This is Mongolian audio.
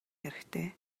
хэрэгтэй